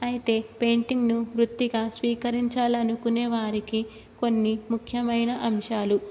అయితే పెయింటింగ్ను వృత్తిగా స్వీకరించాలనుకునే వారికి కొన్ని ముఖ్యమైన అంశాలు